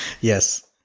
Yes